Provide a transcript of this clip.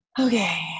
okay